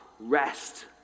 rest